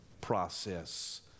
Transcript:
process